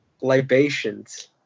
Libations